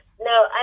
No